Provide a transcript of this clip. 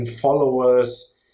followers